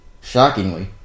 Shockingly